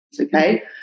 Okay